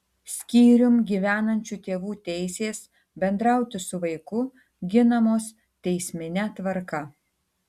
skyrium gyvenančių tėvų teisės bendrauti su vaiku ginamos teismine tvarka